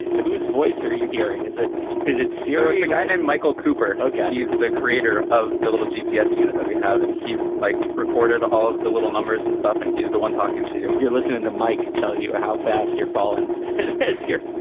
whose voice are you hearing? is it is it sierra? it's a guy named michael cooper. ok. he's the creator of the little g. p. s unit that we have. and he like recorded all of the little numbers and stuff. and he's the one talking to you you're listening to mike. tell you how fast your fallen is here,